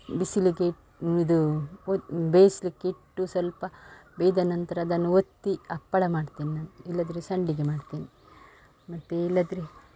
ಬಿಸಿಲಿಗೆ ಇ ಇದು ಒತ್ತಿ ಬೇಯಿಸ್ಲಿಕ್ಕಿಟ್ಟು ಸ್ವಲ್ಪ ಬೆಂದ ನಂತರ ಅದನ್ನು ಒತ್ತಿ ಹಪ್ಪಳ ಮಾಡ್ತೇನೆ ನಾನು ಇಲ್ಲಂದ್ರೆ ಸಂಡಿಗೆ ಮಾಡ್ತೇನೆ ಮತ್ತೆ ಇಲ್ಲಂದ್ರೆ